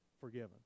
forgiven